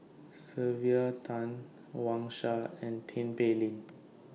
Sylvia Tan Wang Sha and Tin Pei Ling